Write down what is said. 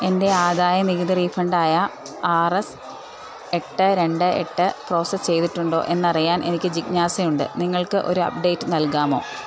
എൻ്റെ ആദായ നികുതി റീഫണ്ടായ ആർ എസ് എട്ട് രണ്ട് എട്ട് പ്രോസസ്സ് ചെയ്തിട്ടുണ്ടോയെന്നറിയാൻ എനിക്ക് ജിജ്ഞാസയുണ്ട് നിങ്ങൾക്കൊരു അപ്ഡേറ്റ് നൽകാമോ